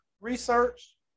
research